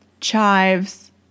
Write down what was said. chives